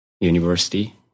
university